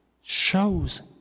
shows